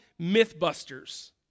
Mythbusters